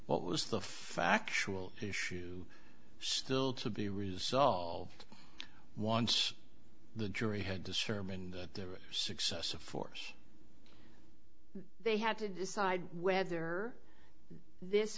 what was the factual issue still to be resolved once the jury had to sermon that the success of force they had to decide whether this